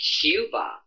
Cuba